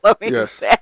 Yes